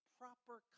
proper